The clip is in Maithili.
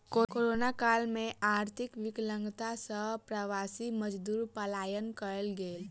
कोरोना काल में आर्थिक विकलांगता सॅ प्रवासी मजदूर पलायन कय गेल